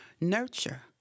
nurture